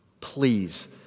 Please